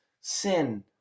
sin